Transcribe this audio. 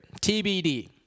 TBD